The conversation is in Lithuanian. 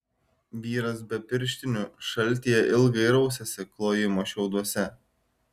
vyras be pirštinių šaltyje ilgai rausėsi klojimo šiauduose